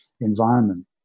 environment